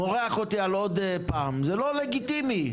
מורח אותי עוד פעם, זה לא לגיטימי.